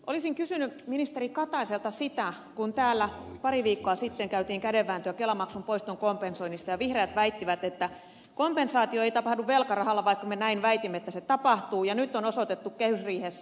olisin kysynyt ministeri kataiselta sitä kun täällä pari viikkoa sitten käytiin kädenvääntöä kelamaksun poiston kompensoinnista ja vihreät väittivät että kompensaatio ei tapahdu velkarahalla vaikka me näin väitimme että se tapahtuu ja nyt se on osoitettu kehysriihessä